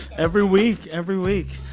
every week, every week.